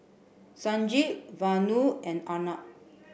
Sanjeev Vanu and Arnab